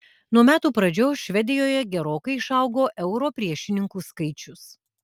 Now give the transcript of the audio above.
nuo metų pradžios švedijoje gerokai išaugo euro priešininkų skaičius